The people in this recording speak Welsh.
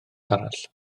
arall